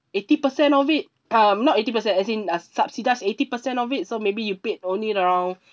eighty percent of it um not eighty percent as in a subsidised eighty percent of it so maybe you paid only around